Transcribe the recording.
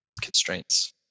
constraints